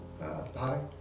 hi